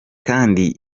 kandi